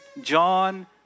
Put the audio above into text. John